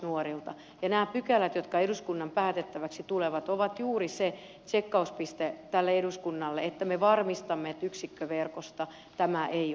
ja nämä pykälät jotka eduskunnan päätettäväksi tulevat ovat juuri se tsekkauspiste tälle eduskunnalle että me varmistamme että yksikköverkosta tämä ei ole pois